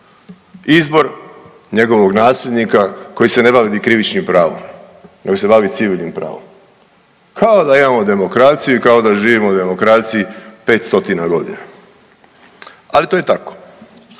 izbor njegovog nasljednika koji se ne bavi ni krivičnim pravom nego se bavi civilnim pravom, kao da imamo demokraciju i kao da živimo u demokraciji 500 godina, ali to je tako.